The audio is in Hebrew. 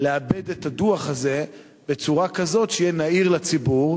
לעבד את הדוח הזה בצורה כזאת שיהיה נהיר לציבור,